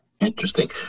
Interesting